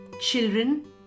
Children